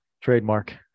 trademark